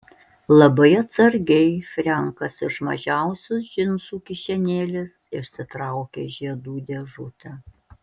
labai atsargiai frenkas iš mažiausios džinsų kišenėlės išsitraukė žiedų dėžutę